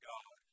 God